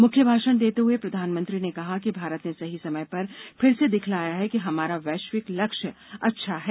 मुख्य भाषण देते हए प्रधानमंत्री ने कहा कि भारत ने सही समय पर फिर से दिखलाया है कि हमारा वैश्विक लक्ष्य अच्छा है